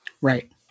Right